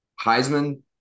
Heisman